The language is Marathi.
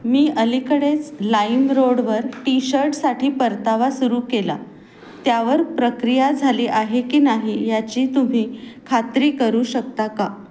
मी अलीकडेच लाईमरोडवर टी शर्टसाठी परतावा सुरू केला त्यावर प्रक्रिया झाली आहे की नाही याची तुम्ही खात्री करू शकता का